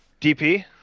DP